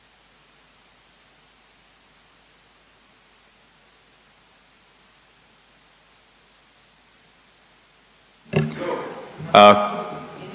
Hvala